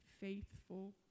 faithful